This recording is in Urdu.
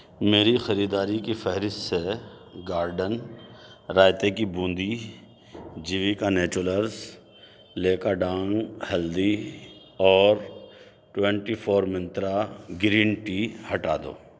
میری خریداری کی فہرست سے گارڈن رائتے کی بوندی جیویکا نیچورلز لیکاڈانگ ہلدی اور twenty four Mantra green tea ہٹا دو